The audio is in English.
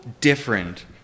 different